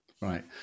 Right